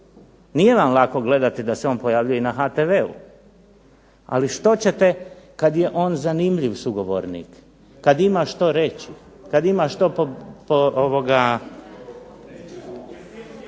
Nije vam lako gledati da se on pojavljuje i na HTV-u, ali što ćete kad je on zanimljiv sugovornik, kad ima što reći, kad ima što … /Upadica